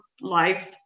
life